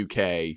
UK